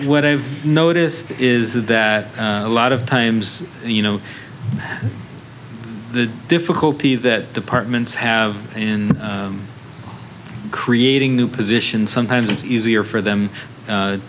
what i've noticed is that a lot of times you know the difficulty that departments have in creating new positions sometimes it's easier for them